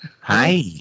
Hi